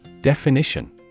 Definition